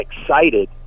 excited